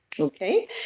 Okay